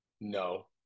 no